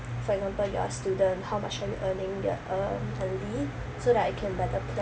for example you are student how much are you earning they earn yearly so that I can better plan